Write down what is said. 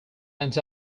end